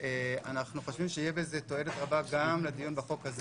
אנחנו חושבים שתהיה בזה תועלת רבה גם לדיון בחוק הזה